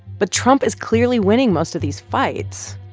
but trump is clearly winning most of these fights.